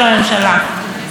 לצערנו,